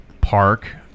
Park